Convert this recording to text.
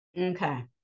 Okay